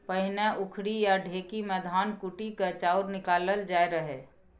पहिने उखरि या ढेकी मे धान कुटि कए चाउर निकालल जाइ रहय